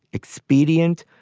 expedient,